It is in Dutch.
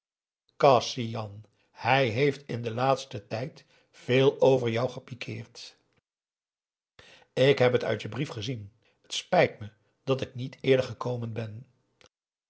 kasian hij heeft in den laatsten tijd veel over je gepikird ik heb t uit je brief gezien het spijt me dat ik niet eer gekomen ben